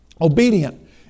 obedient